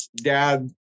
Dad